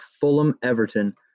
Fulham-Everton